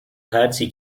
هرچی